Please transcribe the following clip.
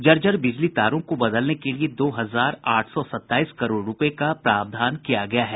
जर्जर बिजली तारों को बदलने के लिए दो हजार आठ सौ सताईस करोड़ रुपये का प्रावधान किया गया है